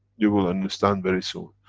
you will understand very soon,